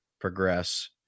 progress